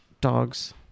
dogs